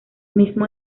mismo